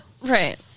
Right